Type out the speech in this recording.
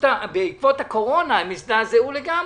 שבעקבות הקורונה הם הזדעזעו לגמרי.